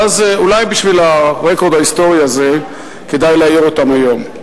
ואז אולי בשביל הרקורד ההיסטורי הזה כדאי להעיר אותן היום.